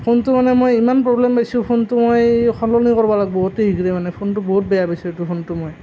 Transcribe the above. ফোনটো মানে মই ইমান প্ৰবলেম পাইছোঁ ফোনটো মই সলনি কৰিব লাগিব অতি শীঘ্ৰে মানে ফোনটো বহুত বেয়া পাইছোঁ এইটো ফোনটো মই